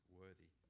worthy